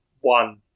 one